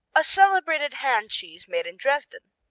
a celebrated hand cheese made in dresden.